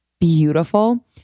beautiful